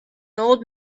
old